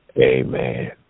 Amen